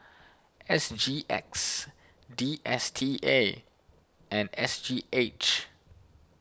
S G X D S T A and S G H